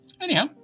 Anyhow